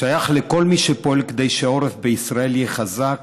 שייך לכל מי שפועל כדי שהעורף בישראל יהיה חזק,